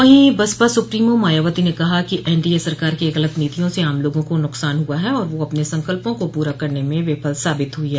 वहीं बसपा सुप्रीमो मायावती ने कहा है कि एनडीए सरकार की गलत नीतियों से आम लोगों को नुकसान हुआ है और वह अपने संकल्पों को पूरा करने में विफल साबित हुई है